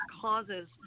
causes